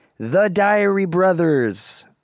thediarybrothers